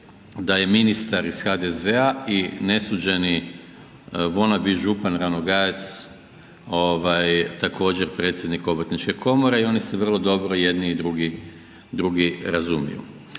da je ministar iz HDZ-a i nesuđeni wanna be župan Ranogajec također predsjednik obrtničke komore i oni se vrlo dobro jedni i drugi razumiju.